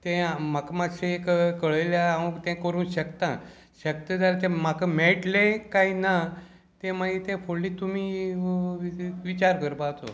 तें म्हाका मातशें कळयल्यार हांव तें करून शेकता शेकता जाल्यार तें म्हाका मेयटलें काय ना तें मागीर तें फुडलें तुमी विचार करपाचो